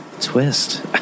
twist